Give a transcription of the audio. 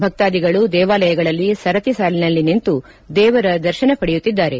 ಭಕ್ತಾಧಿಗಳು ದೇವಾಲಯಗಳಲ್ಲಿ ಸರತಿ ಸಾಲಿನಲ್ಲಿ ನಿಂತು ದೇವರ ದರ್ಶನ ಪಡೆಯುತ್ತಿದ್ದಾರೆ